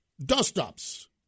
dust-ups